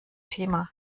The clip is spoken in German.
thema